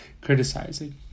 criticizing